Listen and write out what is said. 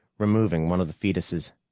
removing one of the foetuses.